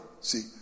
See